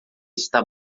está